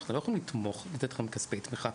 אנחנו לא יכולים לתת לכם כספי תמיכה,